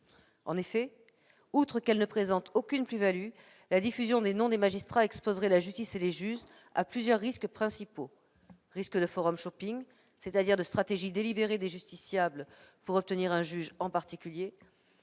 En effet, outre qu'elle ne présente aucune plus-value, la diffusion des noms des magistrats exposerait la justice et les juges à plusieurs risques principaux. » Il y a en effet un risque de, c'est-à-dire de stratégies délibérées des justiciables pour obtenir un juge en particulier,